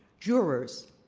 jurors,